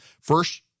First